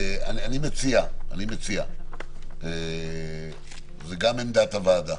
אני מציע זו גם עמדת הוועדה,